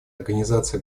организации